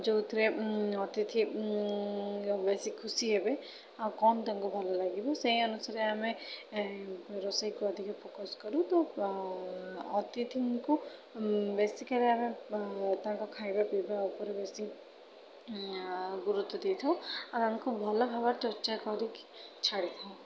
ଯେଉଁଥିରେ ଅତିଥି ବେଶୀ ଖୁସି ହେବେ ଆଉ କ'ଣ ତାଙ୍କୁ ଭଲ ଲାଗିବ ସେଇ ଅନୁସାରେ ଆମେ ରୋଷେଇକୁ ଅଧିକ ଫୋକସ୍ କରୁ ତ ଅତିଥିଙ୍କୁ ବେଶିକାଲି ଆମେ ତାଙ୍କ ଖାଇବା ପିଇବା ଉପରେ ବେଶୀ ଗୁରୁତ୍ୱ ଦେଇଥାଉ ଆଙ୍କୁ ଭଲ ଭାବରେ ଚର୍ଚ୍ଚା କରିକି ଛାଡ଼ିଥାଉ